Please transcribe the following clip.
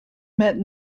met